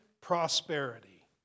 prosperity